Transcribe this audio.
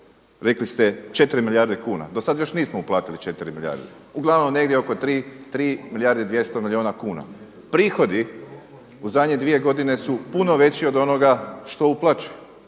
rekli ste 4 milijarde kuna. Do sada još nismo uplatili 4 milijarde. Uglavnom negdje oko 3 milijarde i 200 milijuna kuna. Prihodi u zadnje dvije godine su puno veći od onoga što uplaćujemo.